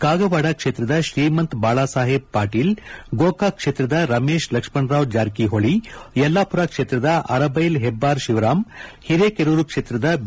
ಕಾಗವಾಡ ಕ್ಷೇತ್ರದ ಶ್ರೀಮಂತ್ ಬಾಳಾಸಾಹೇಬ್ ಪಾಟೀಲ್ ಗೋಕಾಕ್ ಕ್ಷೇತ್ರದ ರಮೇಶ್ ಲಕ್ಷ್ಮಣ ರಾವ್ ಜಾರಕಿಹೊಳ ಯಲ್ಲಾಪುರ ಕ್ಷೇತ್ರದ ಅರಬೈಲ್ ಹೆಬ್ದಾರ್ ಶಿವರಾಮ್ ಹಿರೇಕೆರೂರು ಕ್ಷೇತ್ರದ ಬಿ